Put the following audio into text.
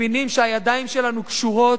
מבינים שהידיים שלנו קשורות,